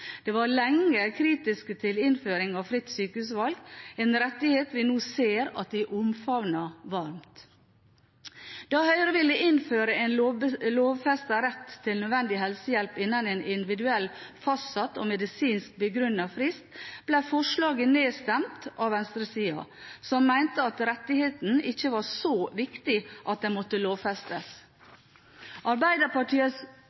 De var lenge kritiske til innføring av fritt sykehusvalg, en rettighet vi nå ser at de omfavner varmt. Da Høyre ville innføre en lovfestet rett til nødvendig helsehjelp innen en individuell fastsatt og medisinsk begrunnet frist, ble forslaget nedstemt av venstresiden, som mente at rettigheten ikke var så viktig at den måtte lovfestes. Arbeiderpartiets